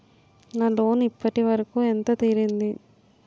నా లోన్ ఇప్పటి వరకూ ఎంత తీరింది?